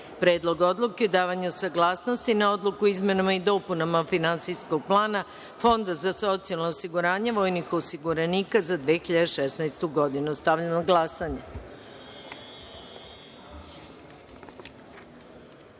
Predlog odluke o davanju saglasnosti na Odluku o izmenama i dopunama finansijskog plana Fonda za socijalno osiguranje vojnih osiguranika za 2016. godinu. Stavljam na